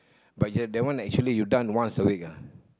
but you have that one actually you done once a week ah